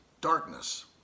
darkness